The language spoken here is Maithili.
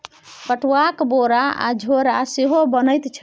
पटुआक बोरा आ झोरा सेहो बनैत छै